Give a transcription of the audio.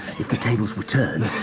if the tables were turned.